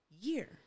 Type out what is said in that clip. year